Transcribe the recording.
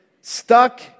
stuck